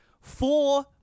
Four